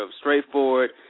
straightforward